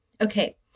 Okay